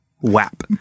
WAP